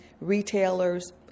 retailers